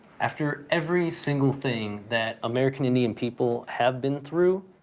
after every single thing that american indian people have been through,